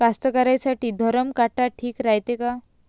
कास्तकाराइसाठी धरम काटा ठीक रायते का?